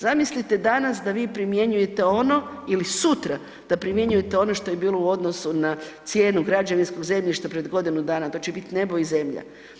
Zamislite danas da vi primjenjujete ono, ili sutra, da primjenjujete ono što je bilo u odnosu na cijenu građevinskog zemljišta pred godinu dana, to će biti nebo i zemlja.